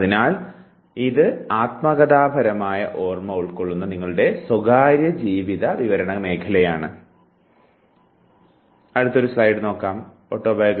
അതിനാൽ ഇത് ആത്മകഥാപരമായ ഓർമ്മ ഉൾക്കൊള്ളുന്ന നിങ്ങളുടെ സ്വകാര്യ ജീവിത വിവരണം പോലെയാണ്